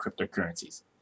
cryptocurrencies